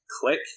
click